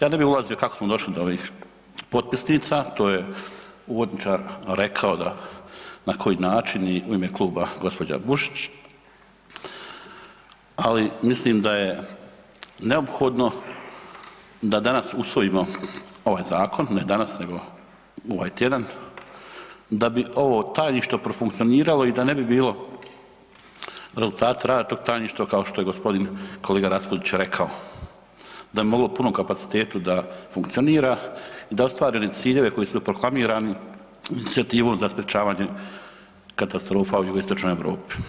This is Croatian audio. Ja ne bi ulazio kako smo došli od ovih potpisnica, to je uvodničar rekao da na koji način i u ime kluba gđa. Bušić, ali mislim da je neophodno da danas usvojimo ovaj zakon, ne danas nego ovaj tjedan, da bi ovo tajništvo profunkcioniralo i da ne bi bilo rezultat rada tog tajništva kao što je gospodin kolega Raspudić rekao, da bi mogao u punom kapacitetu da funkcionira i da ostvarene ciljeve koji su proklamirani inicijativom za sprječavanje katastrofa u jugoistočnoj Europi.